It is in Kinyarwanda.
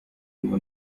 ngo